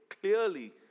clearly